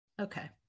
Okay